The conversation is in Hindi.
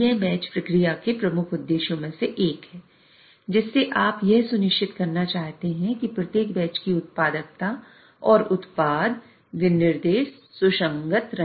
यह बैच प्रक्रिया के प्रमुख उद्देश्यों में से एक है जिससे आप यह सुनिश्चित करना चाहते हैं कि प्रत्येक बैच की उत्पादकता और उत्पाद विनिर्देश सुसंगत रहे